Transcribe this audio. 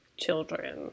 children